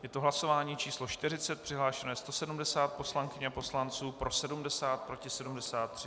Je to hlasování číslo 40, přihlášeno je 170 poslankyň a poslanců, pro 70, proti 73.